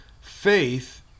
Faith